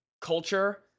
culture